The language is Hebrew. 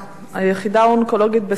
היחידה האונקולוגית ב"סורוקה",